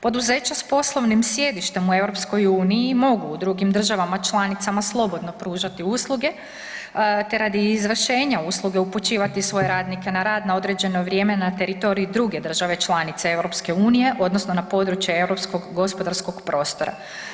Poduzeća s poslovnim sjedištem u EU mogu u drugim državama članicama slobodno pružati usluge te radi izvršenja usluge upućivati svoje radnike na rad na određeno vrijeme na teritorij druge države članice EU odnosno na područje europskog gospodarskog prostora.